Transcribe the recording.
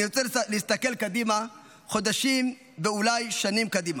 אני רוצה להסתכל קדימה, חודשים ואולי שנים קדימה.